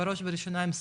בראש ובראשונה עם השרה,